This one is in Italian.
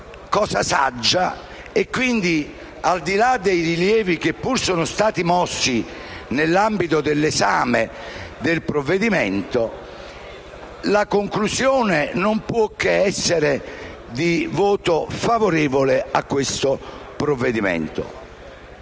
cosa saggia. Quindi, al di là dei rilievi che pur sono stati mossi nell'ambito dell'esame del provvedimento, la conclusione non può che essere di voto favorevole allo stesso. Certo,